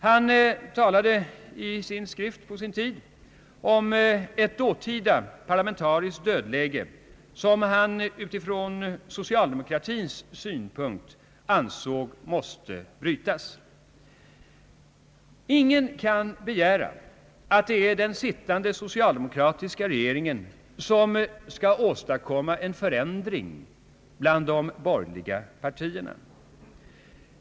Han talade i en skrift på sin tid om ett dåtida parlamentariskt dödläge, som han från socaldemokratins synpunkt ansåg måste brytas. Ingen kan begära att den sittande socialdemokratiska regeringen skall åstadkomma en förändring bland de borgerliga partierna.